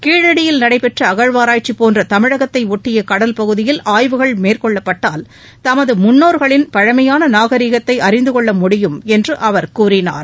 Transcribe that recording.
கீழடியில் நடைபெற்ற அகழ்வாராய்ச்சி போன்ற தமிழகத்தை ஒட்டிய கடல்பகுதியில் ஆய்வுகள் மேற்கொள்ளப்பட்டால் நமது முன்னோர்களின் பழமையான நாகரீகத்தை அறிந்தகொள்ள முடியும் என்று அவர் கூறினார்